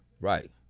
Right